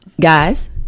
guys